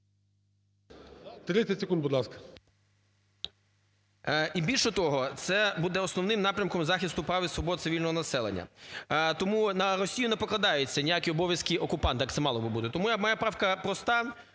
30 секунд, будь ласка. ЛЕВЧЕНКО Ю.В. І більше того, це буде основним напрямком захисту прав і свобод цивільного населення. Тому на Росію не покладається ніяких обов'язків окупанта, як це мало би бути. Тому моя правка проста: